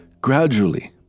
gradually